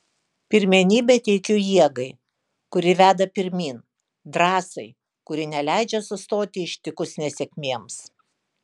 pirmenybę teikiu jėgai kuri veda pirmyn drąsai kuri neleidžia sustoti ištikus nesėkmėms